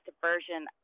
version